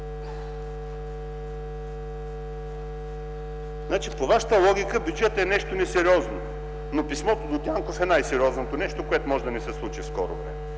(КБ): По Вашата логика бюджетът е нещо несериозно, но писмото до Дянков е най-сериозното нещо, което може да ни случи в скоро време.